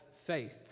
faith